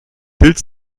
bild